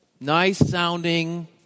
nice-sounding